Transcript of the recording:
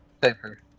Paper